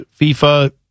FIFA